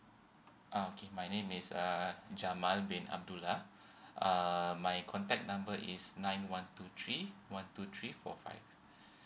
ah okay my name is uh jamal bin abdullah uh my contact number is nine one two three one two three four five